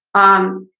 um,